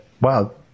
wow